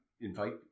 invite